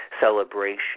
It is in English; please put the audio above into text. celebration